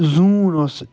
زوٗن اوس